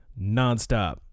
nonstop